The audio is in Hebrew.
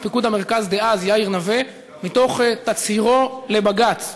פיקוד המרכז דאז יאיר נוה מתוך תצהירו לבג"ץ: